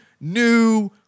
new